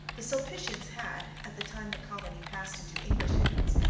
the sulpicians had, at the time the colony passed into english hands,